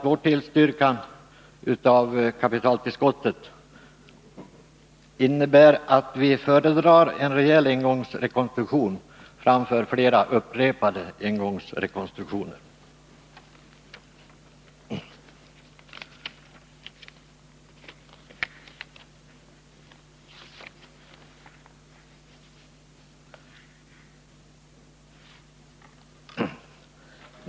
Vår tillstyrkan av kapitaltillskottet innebär också att vi föredrar en rejäl engångsrekonstruktion framför flera upprepade engångsrekonstruktioner.